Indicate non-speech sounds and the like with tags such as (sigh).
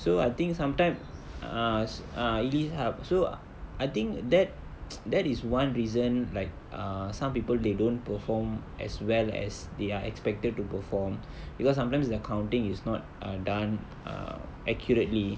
so I think sometime ah s~ ah eliss hub so I think that (noise) that is one reason like err some people they don't perform as well as they are expected to perform because sometimes the counting is not err done err accurately